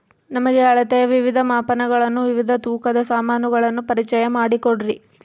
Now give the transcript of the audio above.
ನಮಗೆ ಅಳತೆಯ ವಿವಿಧ ಮಾಪನಗಳನ್ನು ವಿವಿಧ ತೂಕದ ಸಾಮಾನುಗಳನ್ನು ಪರಿಚಯ ಮಾಡಿಕೊಡ್ರಿ?